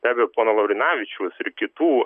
be abejo pono laurinavičiaus ir kitų